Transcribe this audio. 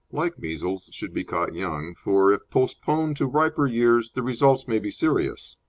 like measles, should be caught young, for, if postponed to riper years, the results may be serious.